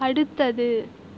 அடுத்தது